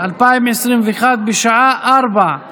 אני קובע שהצעת חוק שיפוט בתי הדין הרבניים עוברת בקריאה ראשונה.